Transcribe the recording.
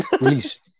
release